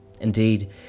Indeed